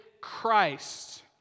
Christ